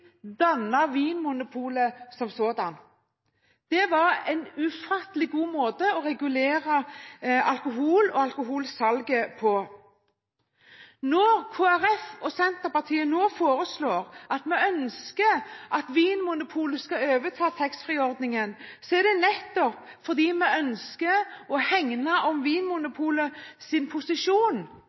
Vinmonopolet som sådant. Det var en ufattelig god måte å regulere alkoholforbruket og alkoholsalget på. Når Kristelig Folkeparti og Senterpartiet nå foreslår at Vinmonopolet skal overta taxfree-ordningen, er det nettopp fordi vi ønsker å hegne om Vinmonopolets posisjon,